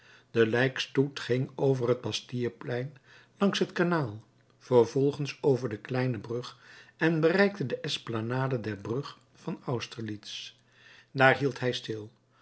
de lijkstoet ging over het bastilleplein langs het kanaal vervolgens over de kleine brug en bereikte de esplanade der brug van austerlitz daar hield hij stil